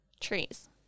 trees